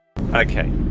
Okay